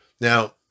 Now